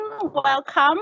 welcome